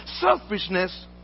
Selfishness